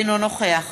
אינו נוכח